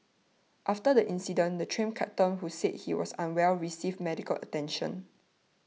after the incident the Train Captain who said he was unwell received medical attention